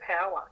power